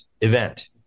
event